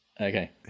Okay